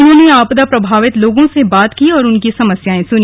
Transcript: उन्होंने आपदा प्रभावित लोगों से बात की और उनकी समस्यांए सुनी